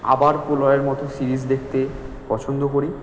আবার প্রলয়ের মতো সিরিস দেখতে পছন্দ করি